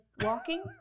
walking